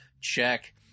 Check